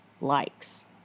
likes